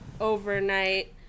overnight